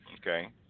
Okay